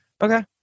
Okay